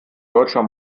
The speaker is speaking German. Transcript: deutscher